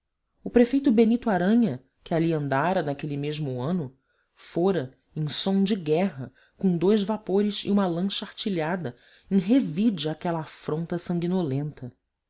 o prefeito benito arana que ali andara naquele mesmo ano fora em som de guerra com dois vapores e uma lancha artilhada em revide àquela afronta sanguinolenta